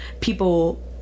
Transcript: people